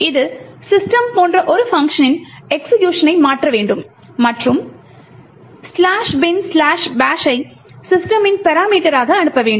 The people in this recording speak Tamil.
இது system போன்ற ஒரு பங்க்ஷனின் எக்ஸிகியூக்ஷனை மாற்ற வேண்டும் மற்றும் "binbash" ஐ system யின் பராமீட்டராக அனுப்ப வேண்டும்